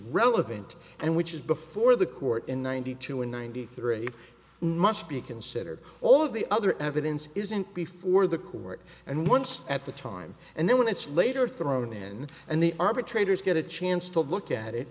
relevant and which is before the court in ninety two and ninety three new must be considered all of the other evidence isn't before the court and once at the time and then when it's later thrown in and the arbitrator's get a chance to look at it